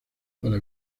para